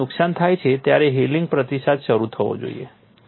જ્યારે નુકસાન થાય છે ત્યારે હીલિંગ પ્રતિસાદ શરૂ થવો જોઈએ